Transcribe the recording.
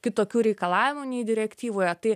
kitokių reikalavimų nei direktyvoje tai